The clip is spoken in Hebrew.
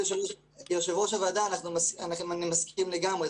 אני מסכים לגמרי.